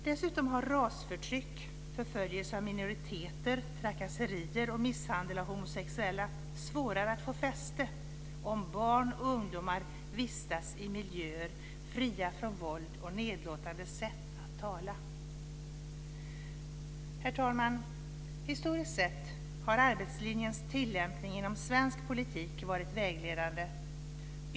Dessutom har rasförtryck, förföljelser av minoriteter, trakasserier och misshandel av homosexuella svårare att få fäste om barn och ungdomar vistas i miljöer fria från våld och nedlåtande sätt att tala. Herr talman! Historiskt sett har arbetslinjens tilllämpning inom svensk politik varit vägledande.